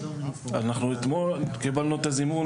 אנחנו אתמול קיבלנו את הזימון.